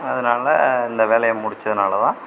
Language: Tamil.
அதனால இந்த வேலையை முடிச்சதினாலதான்